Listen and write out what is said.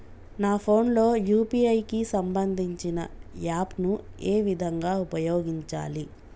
నా ఫోన్ లో యూ.పీ.ఐ కి సంబందించిన యాప్ ను ఏ విధంగా ఉపయోగించాలి?